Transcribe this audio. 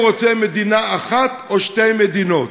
אם הוא רוצה מדינה אחת או שתי מדינות.